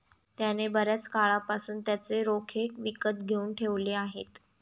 त्याने बर्याच काळापासून त्याचे रोखे विकत घेऊन ठेवले आहेत